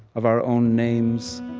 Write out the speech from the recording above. of our own names,